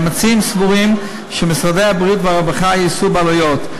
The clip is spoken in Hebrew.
המציעים סבורים שמשרדי הבריאות והרווחה יישאו בעלויות,